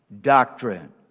doctrine